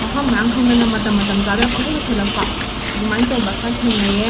ꯃꯐꯝ ꯃꯔꯥꯡ ꯈꯪꯗꯅ ꯃꯇꯝ ꯃꯇꯝ ꯆꯥꯗꯅ ꯄꯪꯆꯨ ꯆꯨꯁꯂꯛꯄ ꯑꯗꯨꯃꯥꯏꯅ ꯇꯧꯕ ꯈꯔ ꯊꯦꯡꯅꯩꯌꯦ